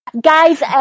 guys